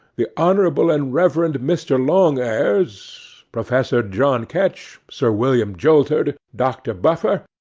the honourable and reverend mr. long eers, professor john ketch, sir william joltered, doctor buffer,